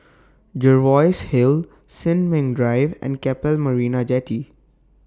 Jervois Hill Sin Ming Drive and Keppel Marina Jetty